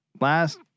last